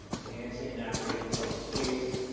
enhancing and activating public space,